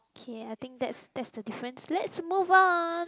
okay I think that's that's the difference let's move on